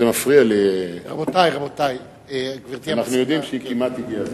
זה מפריע לי, אנחנו יודעים שכמעט הגיע הזמן.